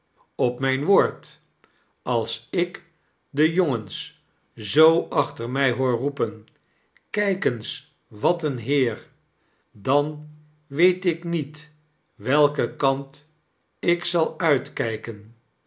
op mijn woord als ik de jongens zoo achter mij hoor roepen kijk eens wat een heer dan weet ik niet welken kant ik zal ulakijken